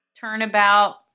turnabout